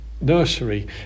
nursery